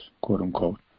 quote-unquote